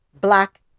black